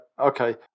okay